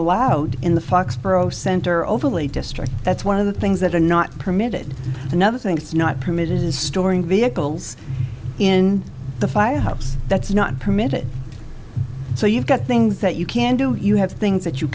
allowed in the foxboro center overlay district that's one of the things that are not permitted another thing that's not permitted is storing vehicles in the firehouse that's not permitted so you've got things that you can do you have things that you